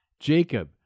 Jacob